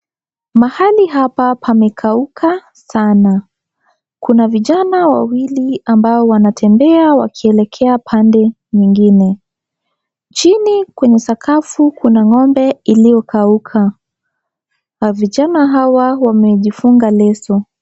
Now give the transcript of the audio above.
Mahali hapa pamekauka sama, kuna vijana wawili ambao wanatembea wakielekea pande nyingine chini kwenye sakafu kuna ng'ombe iliokauka na vijana hawa wamejifunga leso.